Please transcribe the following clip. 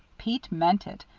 pete meant it.